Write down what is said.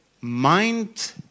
mind